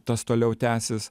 tas toliau tęsis